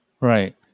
Right